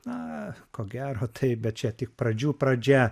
na ko gero taip bet čia tik pradžių pradžia